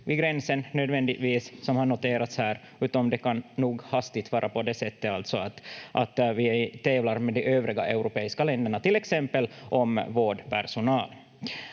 kö vid gränsen, som har noterats här, utan det kan nog alltså hastigt vara på det sättet att vi tävlar med de övriga europeiska länderna, till exempel om vårdpersonal.